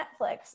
Netflix